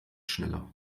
schneller